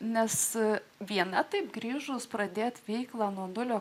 ne su viena taip grįžus pradėti veiklą nuo nulio